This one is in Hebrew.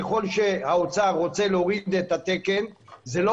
ככל שהאוצר רוצה להוריד את התקן זה לא